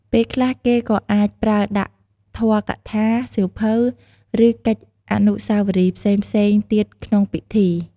ពេលខ្លះគេក៏អាចប្រើដាក់ ធម៌កថា, សៀវភៅ, ឬកិច្ចអនុស្សាវរីយ៍ផ្សេងៗទៀតក្នុងពិធី។